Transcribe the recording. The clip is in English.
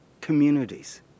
communities